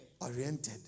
oriented